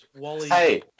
Hey